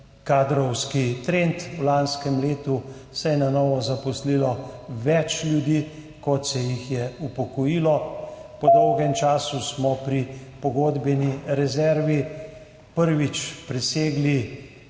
kadrovski trend. V lanskem letu se je na novo zaposlilo več ljudi, kot se jih je upokojilo. Po dolgem času smo pri pogodbeni rezervi prvič v